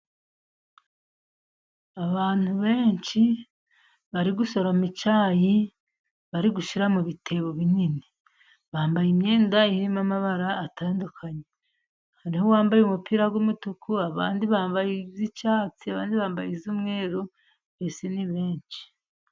Abantu benshi bari gusoroma icyayi bari gushyira mu bitebo binini, bambaye imyenda irimo amabara atandukanye, hariho uwambaye umupira w'umutuku, abandi bambaye iy'icyatsi, abandi mbaye iy'umweru mbese ni benshi.